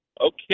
Okay